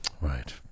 Right